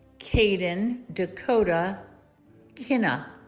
kaiden dakota kinna